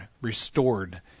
restored